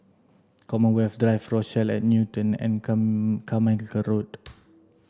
Commonwealth Drive Rochelle at Newton and Carmichael Road